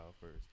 first